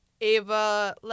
Ava